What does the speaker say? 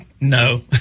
no